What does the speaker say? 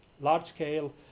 large-scale